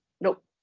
Nope